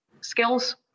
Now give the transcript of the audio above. skills